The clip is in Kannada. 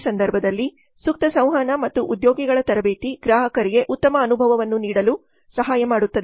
ಈ ಸಂದರ್ಭದಲ್ಲಿ ಸೂಕ್ತ ಸಂವಹನ ಮತ್ತು ಉದ್ಯೋಗಿಗಳ ತರಬೇತಿ ಗ್ರಾಹಕರಿಗೆ ಉತ್ತಮ ಅನುಭವವನ್ನು ನೀಡಲು ಸಹಾಯ ಮಾಡುತ್ತದೆ